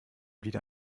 wieder